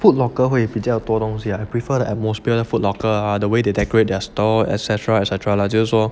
Foot Locker 会比较多东西 ah I prefer the atmosphere 的 Foot Locker the way they decorate their store etc etc lah